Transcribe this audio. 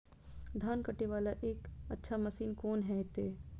धान कटे वाला एक अच्छा मशीन कोन है ते?